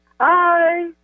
Hi